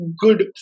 good